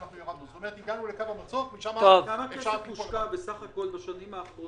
לא בקיום ההילולה אלא בפיתוח התשתיות של האתר?